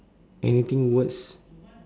anything words